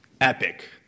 epic